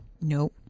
nope